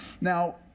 Now